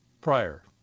prior